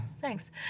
thanks